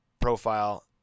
profile